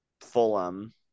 Fulham